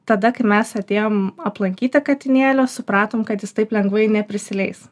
tada kai mes atėjom aplankyti katinėlio supratom kad jis taip lengvai neprisileis